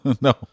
no